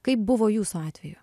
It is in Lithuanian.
kaip buvo jūsų atveju